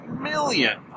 million